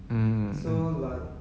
mm mm mm mm